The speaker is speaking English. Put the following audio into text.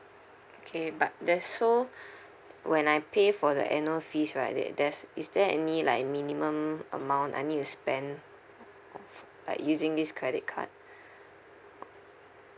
okay but there's so when I pay for the annual fees right that there's is there any like minimum amount I need to spend like using this credit card